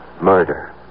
murder